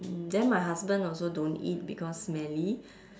mm then my husband also don't eat because smelly